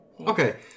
Okay